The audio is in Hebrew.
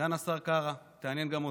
סגן השר קארה, היא תעניין גם אותך.